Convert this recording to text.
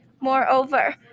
Moreover